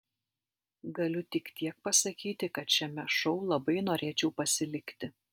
galiu tik tiek pasakyti kad šiame šou labai norėčiau pasilikti